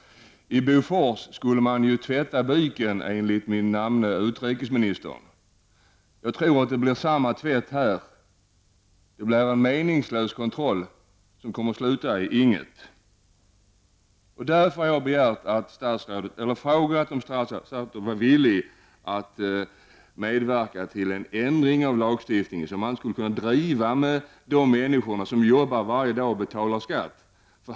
I fråga om Bofors skulle man ju tvätta byken enligt min namne, utrikesminister Sten Andersson. Jag tror alltså att det blir samma tvätt här. Det kommer att bli en meningslös kontroll som slutar i noll och ingenting. Jag har frågat om statsrådet är villig att medverka till en ändring av lagstiftningen, så att det inte går att driva med de människor som jobbar varje dag och som betalar skatt.